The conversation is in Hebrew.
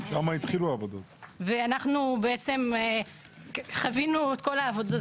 אנחנו חווינו את כול העבודות,